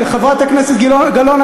חברת הכנסת גלאון,